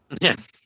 yes